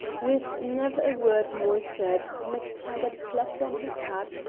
with never a word more said mactaggart clapped on his hat,